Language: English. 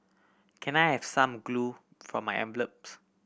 can I have some glue for my envelopes